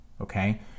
Okay